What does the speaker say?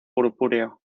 purpúreo